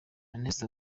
amnesty